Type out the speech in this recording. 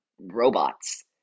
robots